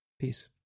Peace